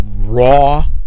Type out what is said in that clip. Raw